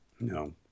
No